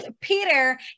Peter